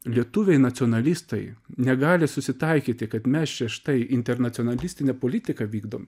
lietuviai nacionalistai negali susitaikyti kad mes čia štai internacionalistinę politiką vykdom